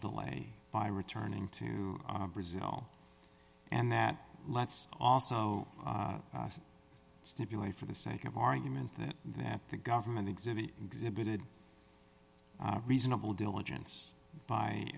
delay by returning to brazil and that let's also stipulate for the sake of argument that that the government exhibit exhibited reasonable diligence by